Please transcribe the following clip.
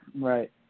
Right